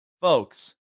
Folks